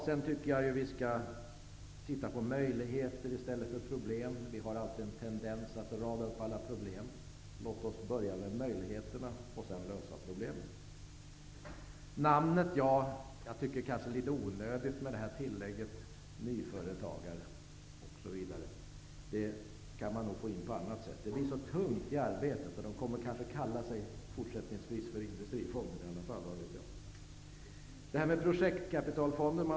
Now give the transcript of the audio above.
Jag tycker att vi skall titta på möjligheter i stället för problem. Vi har alltid en tendens att rada upp alla problem. Låt oss börja med möjligheterna och sedan lösa problemen. Beträffande namnet Industri och nyföretagarfonden, tycker jag att det är litet onödigt med tillägget nyföretagarfonden. Det kan man nog få in på annat sätt. Detta namn blir så tungt. Den kommer därför kanske att även fortsättningsvis att kallas för Industrifonden. Det har talats om projektkapitalfonder.